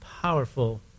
powerful